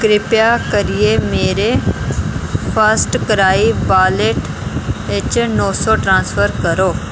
कृपा करियै मेरे फर्स्टक्राई वालेट च नौ सौ ट्रांसफर करो